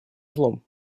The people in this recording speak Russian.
злом